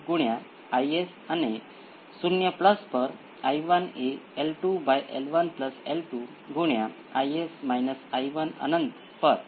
અને તે જ રીતે આ કિસ્સામાં બીજા કિસ્સામાં p 1 અને p 2 બધા સરખા છે જો s એ p 1 ની બરાબર થાય તો આપણને A 1 A 2 t A 3 t નો વર્ગ એક્સ્પોનેંસિયલ p 1 t મળશે